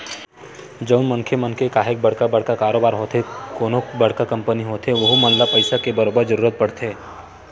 जउन मनखे मन के काहेक बड़का बड़का कारोबार होथे कोनो बड़का कंपनी होथे वहूँ मन ल पइसा के बरोबर जरूरत परथे